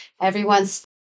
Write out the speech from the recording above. everyone's